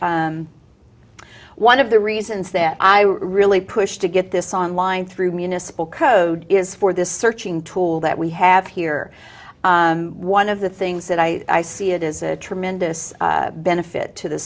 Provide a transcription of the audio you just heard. one of the reasons that i really pushed to get this online through municipal code is for this searching tool that we have here one of the things that i see it is a tremendous benefit to the